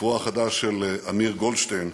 ספרו החדש של אמיר גולדשטיין